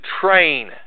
train